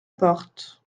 porte